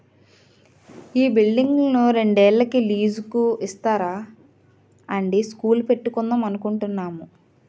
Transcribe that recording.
ఈ బిల్డింగును రెండేళ్ళకి లీజుకు ఇస్తారా అండీ స్కూలు పెట్టుకుందాం అనుకుంటున్నాము